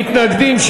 מתנגדים,